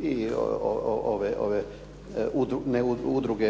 i ove udruge,